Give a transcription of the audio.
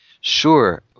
Sure